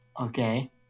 Okay